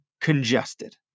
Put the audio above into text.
congested